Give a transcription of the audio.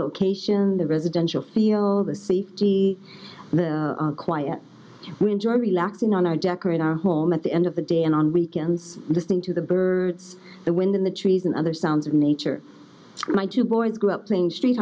location the residential feel the safety and the quiet we enjoy relaxing on our deck or in our home at the end of the day and on weekends listening to the birds the wind in the trees and other sounds of nature my two boys grew up playing street